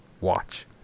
watch